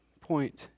point